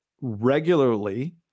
regularly